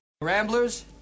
Ramblers